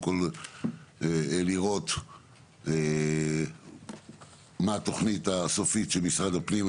כל לראות מה התוכנית הסופית של משרד הפנים.